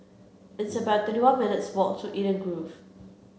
it's about thirty one minutes' walk to Eden Grove